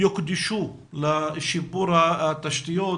שיוקדשו לשיפור התשתיות